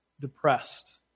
depressed